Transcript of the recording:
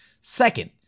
Second